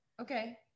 Okay